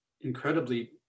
incredibly